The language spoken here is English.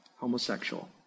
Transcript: homosexual